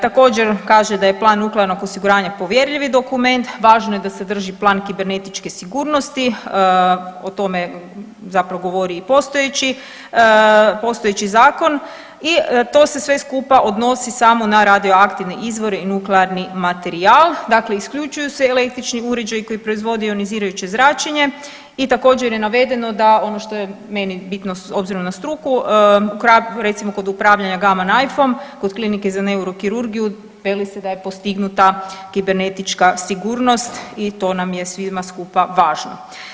Također kaže da je plan nuklearnog osiguranja povjerljivi dokument, važno je da se drži plan kibernetičke sigurnosti, o tome zapravo govori i postojeći, postojeći zakon i to se sve skupa odnosi samo na radioaktivne izvore i nuklearni materijal, dakle isključuju se električni uređaji koji proizvode ionizirajuće zračenje i također je navedeno da ono što je meni bitno obzirom na struku, ukratko recimo kod upravljanja Gamma knife-om kod Klinike za neurokirurgiju veli se da je postignuta kibernetička sigurnost i to nam je svima skupa važno.